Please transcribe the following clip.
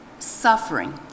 suffering